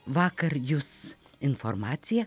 vakar jus informacija